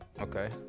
Okay